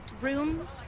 room